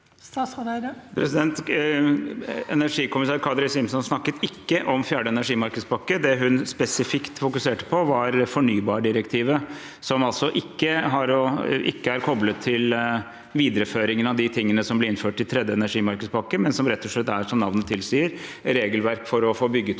Energikommissær Kadri Simson snakket ikke om fjerde energimarkedspakke. Det hun spesifikt fokuserte på, var fornybardirektivet, som altså ikke er koblet til videreføringen av det som ble innført i tredje energimarkedspakke, men som rett og slett er – som navnet tilsier – et regelverk for å få bygget ut